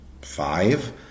five